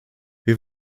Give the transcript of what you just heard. wir